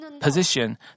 position